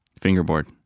fingerboard